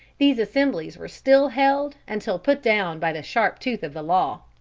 these assemblies were still held until put down by the sharp tooth of the law.